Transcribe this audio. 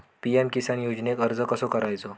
PM Kisan योजनेक अर्ज कसो करायचो?